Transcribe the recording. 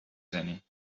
زنیم